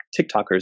TikTokers